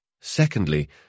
Secondly